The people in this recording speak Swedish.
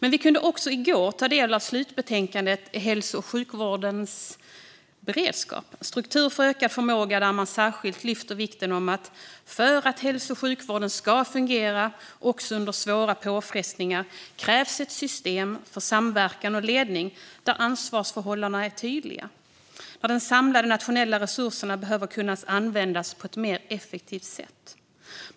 I går kunde vi även ta del av slutbetänkandet Hälso och sjukvårdens beredskap - struktur för ökad förmåga . Där lyfter man särskilt upp att det "för att hälso och sjukvården ska kunna fungera också under svåra påfrestningar krävs ett system för samverkan och ledning där ansvarsförhållandena är tydliga. De samlade nationella resurserna behöver kunna användas på ett effektivt sätt."